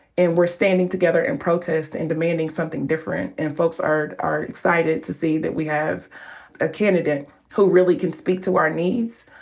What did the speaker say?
and we're standing together in protest and demanding something different. and folks are excited to see that we have a candidate who really can speak to our needs,